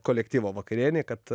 kolektyvo vakarienei kad